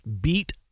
beat